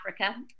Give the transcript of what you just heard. Africa